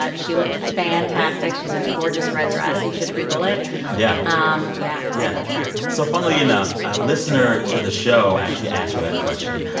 ah she looked fantastic. she's in a gorgeous red dress. you should google it yeah ah um yeah, so yeah that's her so funnily enough, a listener to the show actually asked her that question.